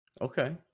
Okay